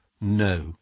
No